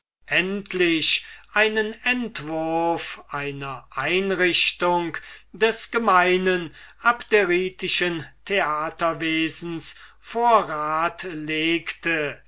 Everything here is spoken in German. endlich einen entwurf einer einrichtung des gemeinen abderitischen theaterwesens vor rat legte